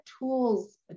tools